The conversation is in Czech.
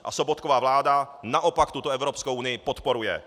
A Sobotkova vláda naopak tuto Evropskou unii podporuje.